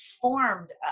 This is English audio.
formed